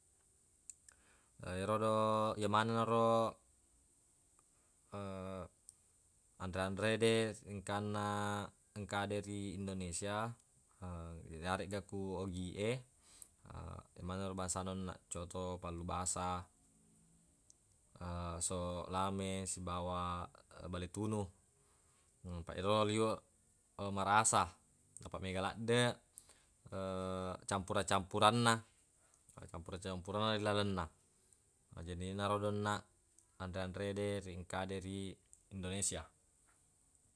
Erodo yemanenna ro anre-anrede engkanna engkade ri indonesia yaregga ku ogie emanenna ro bangsana onnaq coto, pallubasa, soq lame sibawa bale tunu apaq ero liweq marasa apaq mega laddeq campura-campuranna campura-campuran ilalenna. Na jadi enaro donnaq anre-anrede ri engkade ri indonesia.